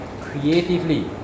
creatively